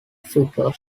figure